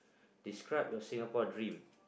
describe your Singapore dream